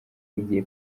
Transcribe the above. igihe